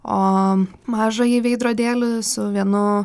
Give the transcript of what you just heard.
o mažąjį veidrodėlį su vienu